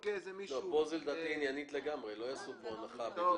לדעתי פה זה עניינית לגמרי ולא יעשו הנחה.